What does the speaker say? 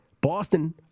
Boston